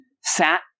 sat